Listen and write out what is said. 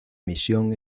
misión